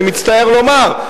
אני מצטער לומר,